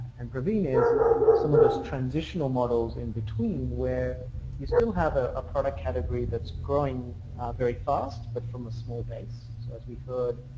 and praveen is some of the transitional models in between where you still have ah a product category thatis growing very fast but from a small base. so as we heard,